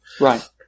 Right